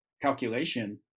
calculation